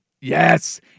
yes